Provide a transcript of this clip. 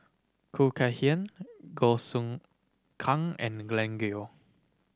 Khoo Kay Hian Goh Kang and Glen Goei